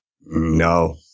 No